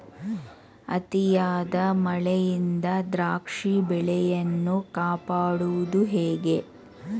ಅತಿಯಾದ ಮಳೆಯಿಂದ ದ್ರಾಕ್ಷಿ ಬೆಳೆಯನ್ನು ಕಾಪಾಡುವುದು ಹೇಗೆ?